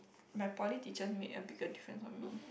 my poly teacher make a bigger difference on me